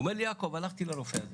הוא אומר לי 'יעקב, הלכתי לרופא הזה,